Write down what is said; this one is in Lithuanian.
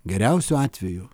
geriausiu atveju